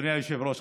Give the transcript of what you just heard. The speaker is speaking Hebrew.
אדוני היושב-ראש,